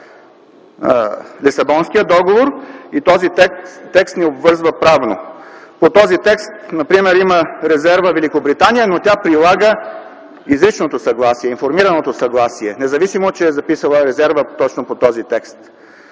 Лисабонския договор и този текст ни обвързва правно. По този текст например има резерва Великобритания, но тя прилага изричното съгласие, информираното съгласие, независимо че е записала резерва точно под този текст.